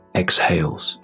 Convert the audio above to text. exhales